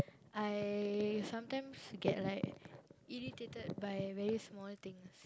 I sometimes get like irritated by very small things